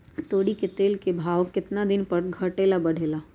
तोरी के तेल के भाव केतना दिन पर घटे ला बढ़े ला?